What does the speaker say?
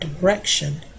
direction